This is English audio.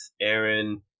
Aaron